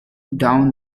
down